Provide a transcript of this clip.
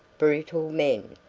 brutal men,